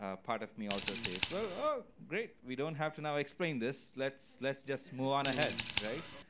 ah part of me also says, well, great, we don't have to now explain this. let's let's just move on ahead. right?